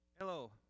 Hello